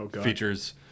features